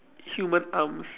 human arms